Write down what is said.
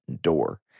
door